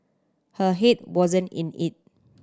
her head wasn't in it